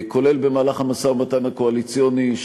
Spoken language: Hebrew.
כולל במהלך המשא-ומתן הקואליציוני,